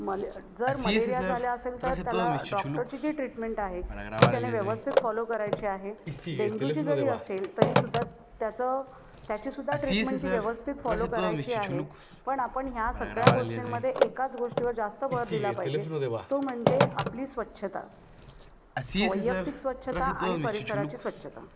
malariae जर malaria झाला असेल तर त्याला डॉक्टरची जी ट्रीटमेण्ट आहे ती त्याने व्यवस्थित फॉलो करायची आहे डेंग्यूची जरी असले तरीसुद्धा त्याचं त्याचीसुद्धा ट्रीटमेण्ट ती व्यवस्थित फॉलो करायची आहे पण आपण या सगळ्या गोष्टींमध्ये एकाच गोष्टीवर जास्त भर दिला पाहिजे तो म्हणजे आपली स्वच्छ्ता वैयक्तिक स्वच्छ्ता आणि परिसराची स्वच्छता